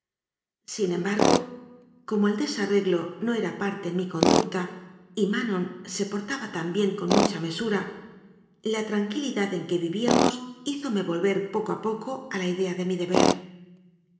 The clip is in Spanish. tranquilidad en que vi víamos hízome volver poco a poco a la idea de mi deber